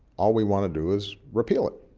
all we want to do is repeal it.